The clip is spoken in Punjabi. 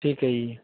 ਠੀਕ ਹੈ ਜੀ